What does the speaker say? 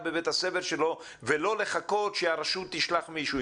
בבית הספר שלו ולא לחכות שהרשות תשלח מישהו,